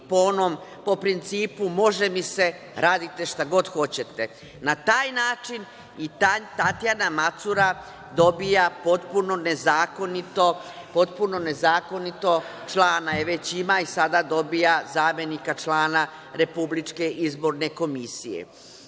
vi po principu - može mi se, radite šta god hoćete, na taj način i Tatjana Macura dobija potpuno nezakonito, člana već ima, i sada dobija zamenika člana Republičke izborne komisije. Nema